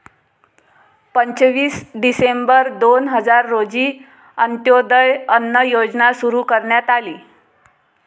पंचवीस डिसेंबर दोन हजार रोजी अंत्योदय अन्न योजना सुरू करण्यात आली